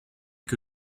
que